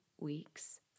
weeks